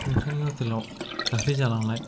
नोंथांनि हटेलाव दाख्लै जालांनाय